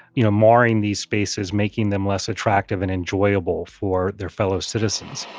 you know, marring these spaces, making them less attractive and enjoyable for their fellow citizens